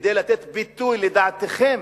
כדי לתת ביטוי לדעתכם,